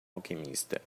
alquimista